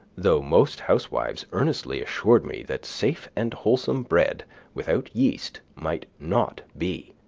though most housewives earnestly assured me that safe and wholesome bread without yeast might not be,